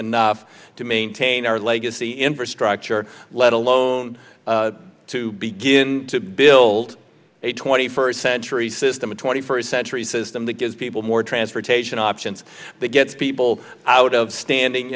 enough to maintain our legacy infrastructure let alone to begin to build a twenty first century system a twenty first century system that gives people more transportation options that gets people out of standing